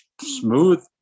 smooth